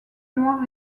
noir